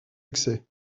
excès